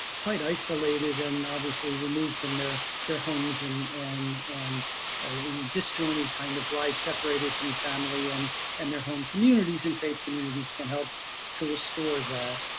quite isolated and obviously removed from their their homes and and and in a disjointed kind of life, separated from family and and their home communities, and faith communities can help to restore that.